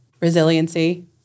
Resiliency